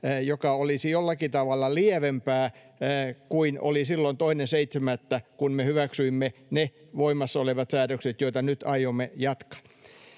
mikä olisi jollakin tavalla lievempää kuin oli silloin 2.7., kun me hyväksyimme ne voimassa olevat säädökset, joita nyt aiomme jatkaa.